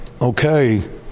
okay